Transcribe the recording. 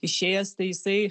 išėjęs tai jisai